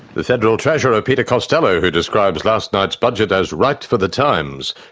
the federal treasurer peter costello who describes last night's budget as right for the times.